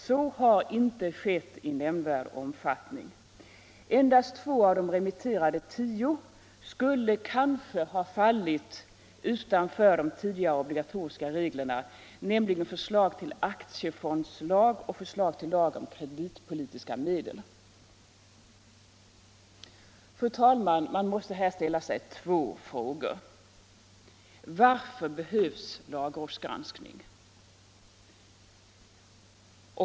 Så har inte skett i nämnvärd omfattning. Endast två av de remitterade tio skulle kanske ha fallit utanför de tidigare obligatoriska reglerna, nämligen förslag till aktiefondslag och förslag till lag om kreditpolitiska medel. Fru talman! Man måste här ställa sig två frågor. För det första: Varför behövs lagrådsgranskning?